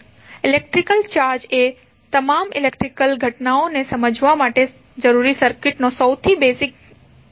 electric charge એ તમામ electrical ઘટનાઓ ને સમજાવવા માટે જરૂરી સર્કિટનો સૌથી બેઝિક જથ્થો છે